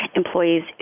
employees